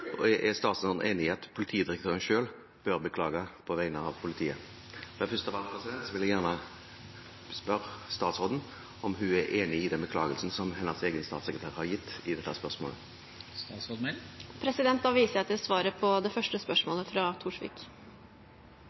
Er statsråden enig i at politidirektøren selv bør beklage på vegne av politiet? Først av alt vil jeg gjerne spørre statsråden om hun er enig i den beklagelsen som hennes egen statssekretær har gitt i dette spørsmålet. Da viser jeg til svaret på det første spørsmålet fra